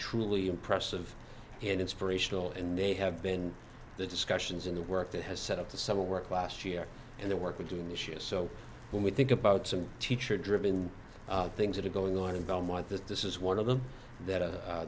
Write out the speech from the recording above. truly impressive and inspirational and they have been the discussions in the work that has set up the summer work last year and the work we're doing this year so when we think about some teacher driven things that are going on in belmont that this is one of them that